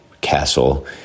castle